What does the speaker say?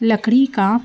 लकड़ी का